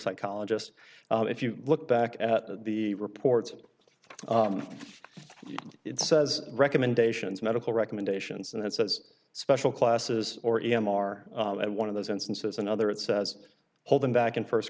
psychologist if you look back at the reports it says recommendations medical recommendations and it says special classes or any are at one of those instances another it says holding back in first